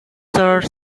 sure